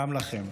גם לכם.